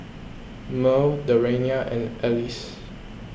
Mearl Dariana and Alice